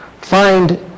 find